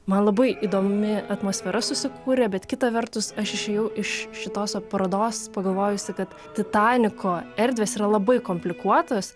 man labai įdomi atmosfera susikūrė bet kita vertus aš išėjau iš šitos parodos pagalvojusi kad titaniko erdvės yra labai komplikuotas